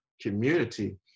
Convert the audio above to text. community